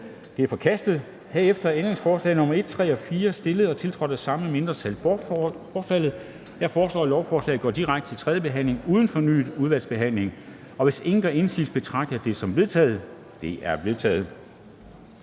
Jeg betragter herefter ændringsforslag nr. 1, 3 og 4, stillet og tiltrådt af de samme mindretal, som forkastet. Det er forkastet. Jeg foreslår, at lovforslaget går direkte til tredje behandling uden fornyet udvalgsbehandling. Hvis ingen gør indsigelse, betragter jeg dette som vedtaget. Det er vedtaget.